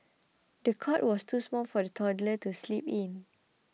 the cot was too small for the toddler to sleep in